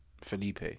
Felipe